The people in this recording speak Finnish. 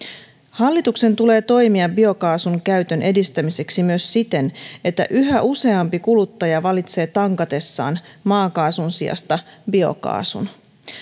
hallituksen tulee toimia biokaasun käytön edistämiseksi myös siten että yhä useampi kuluttaja valitsee tankatessaan maakaasun sijasta biokaasun